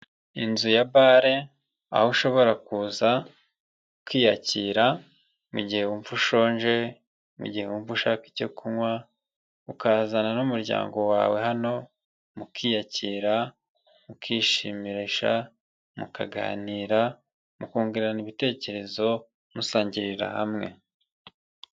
Inzu ya bare, aho ushobora kuza ukiyakira mu gihe wumva ushonje, mu gihe wumva ushaka icyo kunywa, ukazana n'umuryango wawe hano mukiyakira, mukishimisha, mukaganira ,mukungurana ibitekerezo, musangirira hamwe.